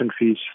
fees